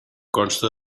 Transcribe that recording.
consta